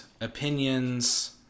opinions